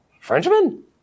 Frenchman